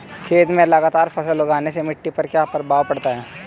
खेत में लगातार फसल उगाने से मिट्टी पर क्या प्रभाव पड़ता है?